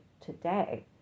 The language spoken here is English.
today